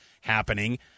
happening